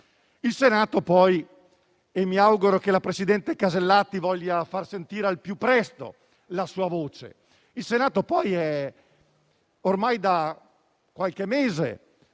Il Senato poi - mi auguro che la presidente Casellati voglia far sentire al più presto la sua voce - ormai da qualche mese